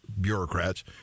bureaucrats